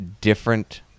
different